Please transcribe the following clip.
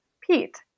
Pete